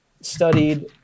studied